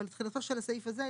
אבל תחילתו של הסעיף הזה,